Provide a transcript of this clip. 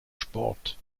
sport